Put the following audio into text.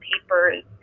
papers